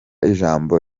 ijambo